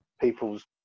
people's